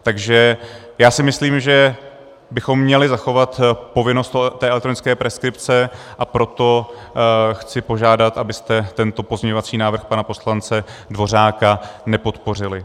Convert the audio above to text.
Takže si myslím, že bychom měli zachovat povinnost té elektronické preskripce, a proto chci požádat, abyste tento pozměňovací návrh pana poslance Dvořáka nepodpořili.